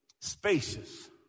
spacious